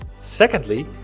Secondly